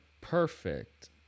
perfect